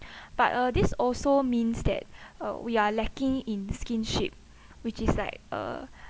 but uh this also means that uh we are lacking in kinship which is like uh